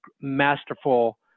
masterful